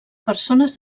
persones